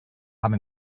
haben